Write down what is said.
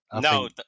No